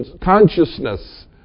consciousness